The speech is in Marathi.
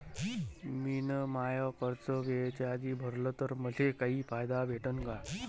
मिन माय कर्ज वेळेच्या आधी भरल तर मले काही फायदा भेटन का?